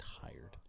tired